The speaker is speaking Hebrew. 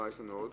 מה יש לנו עוד?